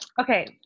Okay